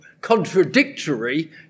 contradictory